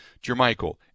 Jermichael